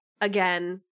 again